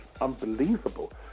unbelievable